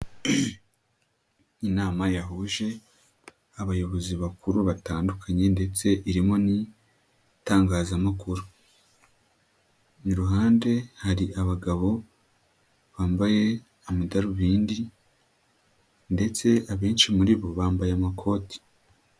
Inama yahuje abayobozi bakuru batandukanye ndetse irimo n'itangazamakuru. Iruhande hari abagabo bambaye amadarubindi ndetse abenshi muri bo bambaye amakoti.